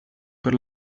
per